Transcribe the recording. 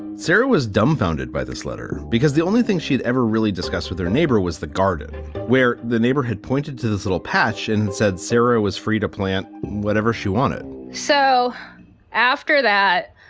and sarah was dumbfounded by this letter because the only thing she'd ever really discussed with her neighbor was the garden where the neighborhood pointed to this little patch and said sarah was free to plant whatever she wanted so after that,